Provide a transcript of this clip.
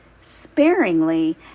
sparingly